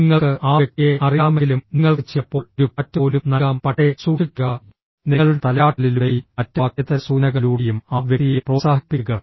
നിങ്ങൾക്ക് ആ വ്യക്തിയെ അറിയാമെങ്കിലും നിങ്ങൾക്ക് ചിലപ്പോൾ ഒരു പാറ്റ് പോലും നൽകാം പക്ഷേ സൂക്ഷിക്കുക നിങ്ങളുടെ തലയാട്ടലിലൂടെയും മറ്റ് വാക്കേതര സൂചനകളിലൂടെയും ആ വ്യക്തിയെ പ്രോത്സാഹിപ്പിക്കുക